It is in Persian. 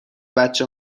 بچه